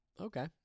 Okay